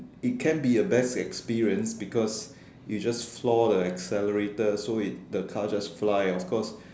it can be your best experience because you just floor the accelerator so it the car just fly of course